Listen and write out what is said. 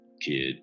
kid